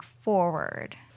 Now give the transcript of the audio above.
forward